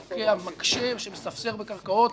תוקע, מקשה, שמספסר בקרקעות,